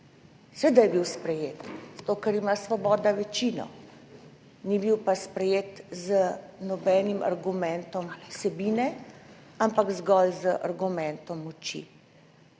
Seveda je bil sprejet zato, ker ima Svoboda večino, ni bil pa sprejet z nobenim argumentom vsebine, ampak zgolj z argumentom moči.